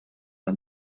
are